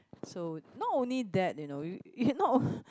so not only that you know you you not